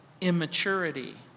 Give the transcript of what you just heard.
immaturity